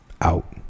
out